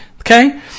Okay